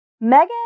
Megan